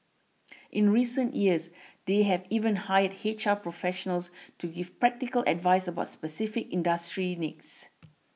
in recent years they have even hired H R professionals to give practical advice about specific industry needs